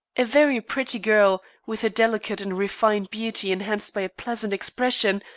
a very pretty girl, with a delicate and refined beauty enhanced by a pleasant expression,